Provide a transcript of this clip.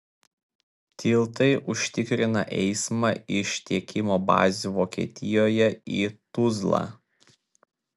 tiltai užtikrina eismą iš tiekimo bazių vokietijoje į tuzlą